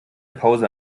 pause